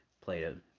played